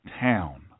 town